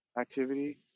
activity